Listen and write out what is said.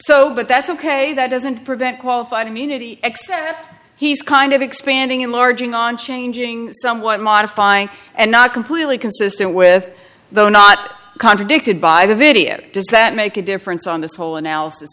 so but that's ok that doesn't prevent qualified immunity he's kind of expanding enlarging on changing somewhat modifying and not completely consistent with the not contradicted by the videotape does that make a difference on this whole analysis